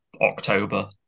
October